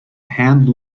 hand